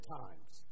times